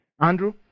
Andrew